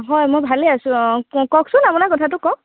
হয় মই ভালে আছোঁ অঁ ক কওকচোন আপোনাৰ কথাটো কওক